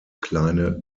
kleine